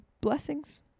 blessings